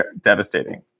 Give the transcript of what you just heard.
devastating